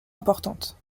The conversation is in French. importante